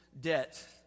debt